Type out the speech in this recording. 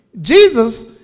Jesus